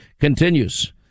continues